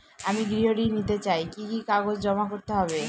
আমি গৃহ ঋণ নিতে চাই কি কি কাগজ জমা করতে হবে?